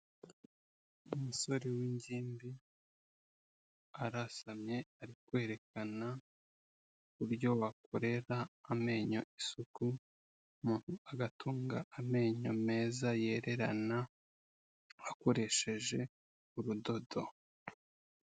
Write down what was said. Umusore w'ingimbi arasamye ari kwerekana uburyo bakorera amenyo isuku, agatunga amenyo meza yererana akoresheje urudodo.